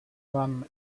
vam